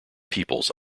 peoples